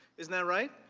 isn't that right?